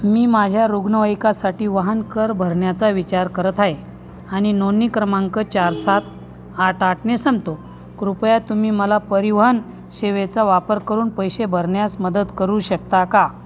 मी माझ्या रुग्णवाहिकासाठी वाहन कर भरण्याचा विचार करत आहे आणि नोंदणी क्रमांक चार सात आठ आठने संपतो कृपया तुम्ही मला परिवहन सेवेचा वापर करून पैसे भरण्यास मदत करू शकता का